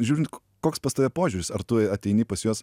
žiūrint koks pas tave požiūris ar tu ateini pas juos